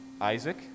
Isaac